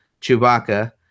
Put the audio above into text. Chewbacca